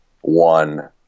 one